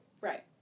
Right